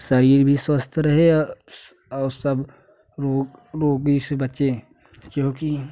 शरीर भी स्वतः रहे और सब वो बीस बच्चे क्योंकि